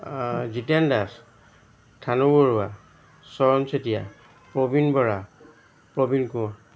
Jiten Das Thanu Barua Charan Chetia Prabin Bora Prabin Konwar